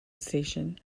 station